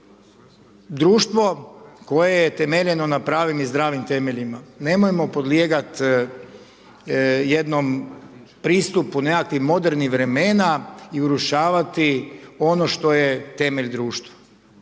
društvo koje je temeljeno na pravim i zdravim temeljima. Nemojmo podlijegati jednom pristupu, nekakvim modernih vremena i urušavati ono što je temelj društva.